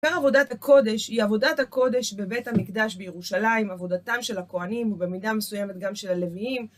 עבודת הקודש היא עבודת הקודש בבית המקדש בירושלים, עבודתם של הכוהנים, ובמידה מסוימת גם של הלוויים.